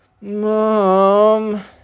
Mom